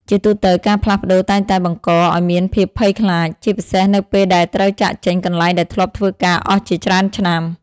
ជាទូទៅ ការផ្លាស់ប្តូរតែងតែបង្កឱ្យមានភាពភ័យខ្លាច ជាពិសេសនៅពេលដែលត្រូវចាកចេញកន្លែងដែលធ្លាប់ធ្វើការអស់ជាច្រើនឆ្នាំ។